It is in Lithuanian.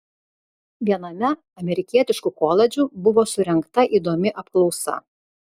viename amerikietiškų koledžų buvo surengta įdomi apklausa